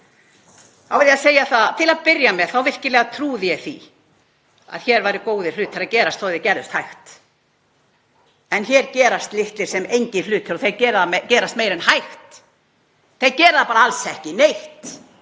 ég verð að segja það að til að byrja með þá trúði ég því virkilega að hér væru góðir hlutir að gerast þótt þeir gerðust hægt. En hér gerast litlir sem engir hlutir og þeir gerast meira en hægt, þeir gerast bara alls ekki neitt.